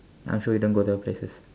I'm sure you don't go those places